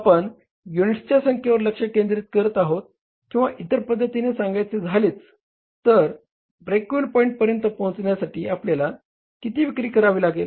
आपण युनिट्सच्या संख्येवर लक्ष केंद्रित करत आहोत किंवा इतर पद्धतीने सांगायचे झाले तर ब्रेक इव्हन पॉईंट पर्यंत पोहचण्यासाठी आपल्याला किती विक्री करावी लागेल